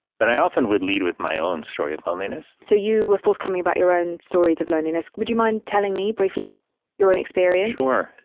but i often would lead with my own story of loneliness so you were forthcoming about your own stories of loneliness. would you mind telling me briefly your own experience? sure.